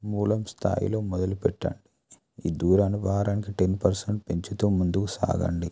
మూలం స్థాయిలో మొదలు పెట్టండి ఈ దూరాన్ని వారానికి టెన్ పర్సెంట్ పెంచుతూ ముందుకు సాగండి